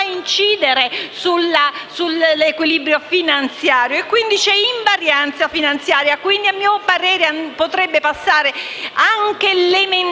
incidere sull'equilibrio finanziario e quindi c'è invarianza finanziaria. A mio parere, quindi, potrebbe passare anche l'emendamento,